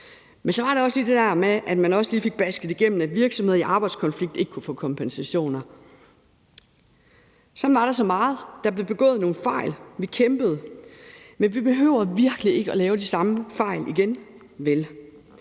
var. Så var der også det der med, at man også lige fik basket igennem, at virksomheder i arbejdskonflikt ikke kunne få kompensation. Sådan var der så meget. Der blev begået nogle fejl. Vi kæmpede. Men vi behøver virkelig ikke at lave de samme fejl igen, vel?